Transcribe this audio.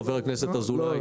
חבר הכנסת אזולאי.